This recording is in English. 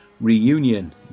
Reunion